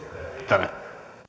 herra